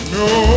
no